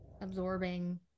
absorbing